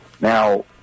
Now